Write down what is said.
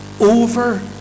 over